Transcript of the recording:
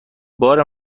بار